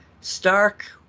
stark